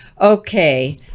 Okay